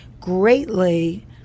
greatly